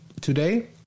today